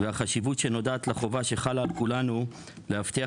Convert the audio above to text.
והחשיבות שנודעת לחובה שחלה על כולנו להבטיח